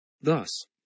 Thus